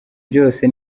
byose